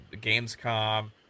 Gamescom